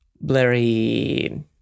blurry